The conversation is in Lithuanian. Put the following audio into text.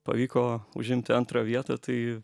pavyko užimti antrą vietą tai